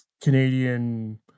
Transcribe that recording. Canadian